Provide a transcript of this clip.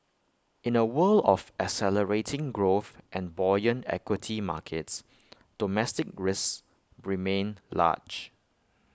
in A world of accelerating growth and buoyant equity markets domestic risks remain large